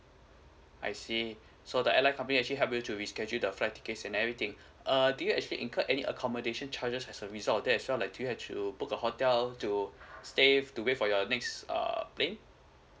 I see so the airline company actually help you to reschedule the flight tickets and everything uh do you actually incur any accommodation charges as a result of that like do you have to book the hotel to stay to wait for your next uh plane